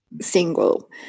single